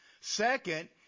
Second